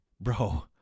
Bro